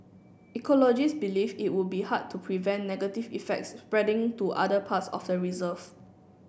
ecologists believe it would be hard to prevent negative effects spreading to other parts of the reserve